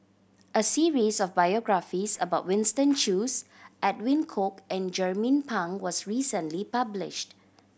a series of biographies about Winston Choos Edwin Koek and Jernnine Pang was recently published